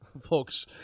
folks